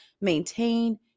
maintain